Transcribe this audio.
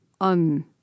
un